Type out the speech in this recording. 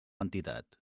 entitat